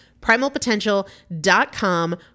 Primalpotential.com